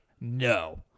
no